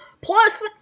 Plus